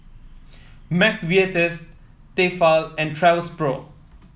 McVitie's Tefal and Travelpro